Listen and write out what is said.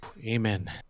Amen